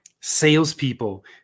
salespeople